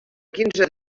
quinze